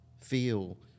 feel